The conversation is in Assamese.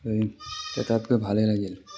এই তাত গৈ ভালে লাগিল